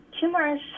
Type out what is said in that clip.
Tumors